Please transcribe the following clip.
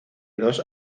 dos